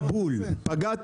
פגעת בול.